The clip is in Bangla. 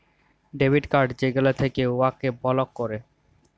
ডেবিট কাড় যেগলা থ্যাকে উয়াকে বলক ক্যরে